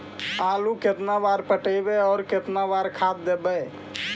आलू केतना बार पटइबै और केतना बार खाद देबै?